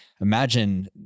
imagine